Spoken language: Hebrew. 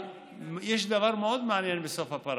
יש דבר מאוד מעניין בסוף הפרשה.